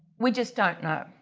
we just don't know.